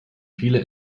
viele